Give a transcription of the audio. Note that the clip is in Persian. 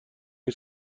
این